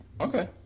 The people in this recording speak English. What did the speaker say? Okay